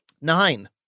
Nine